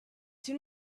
soon